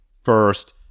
first